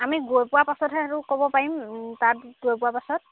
আমি গৈ পোৱাৰ পাছতহে সেইটো ক'ব পাৰিম তাত গৈ পোৱা পাছত